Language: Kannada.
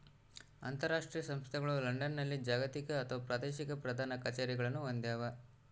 ಅಂತರಾಷ್ಟ್ರೀಯ ಸಂಸ್ಥೆಗಳು ಲಂಡನ್ನಲ್ಲಿ ಜಾಗತಿಕ ಅಥವಾ ಪ್ರಾದೇಶಿಕ ಪ್ರಧಾನ ಕಛೇರಿಗಳನ್ನು ಹೊಂದ್ಯಾವ